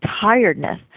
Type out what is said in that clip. tiredness